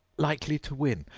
likely to win,